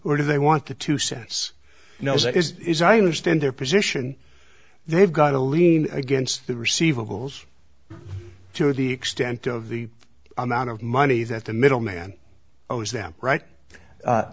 or do they want the two cents no that is i understand their position they've got a lien against the receivables to the extent of the amount of money that the middleman owes them right